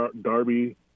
Darby